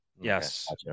Yes